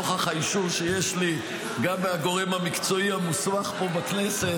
נוכח האישור שיש לי גם מהגורם המקצועי המוסמך פה בכנסת,